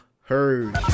heard